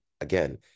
Again